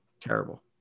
Terrible